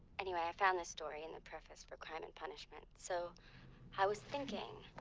anyway, i found this story in the preface for crime and punishment. so i was thinking